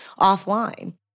offline